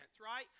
Right